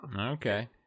Okay